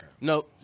No